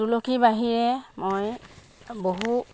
তুলসীৰ বাহিৰে মই বহু